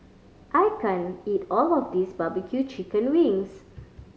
I can't eat all of this barbecue chicken wings